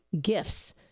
gifts